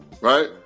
right